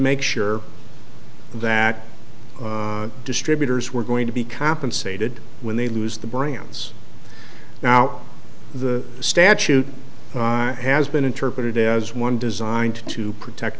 make sure that distributors were going to be compensated when they lose the brands now the statute has been interpreted as one designed to protect